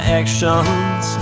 actions